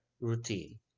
routine